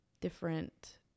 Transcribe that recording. different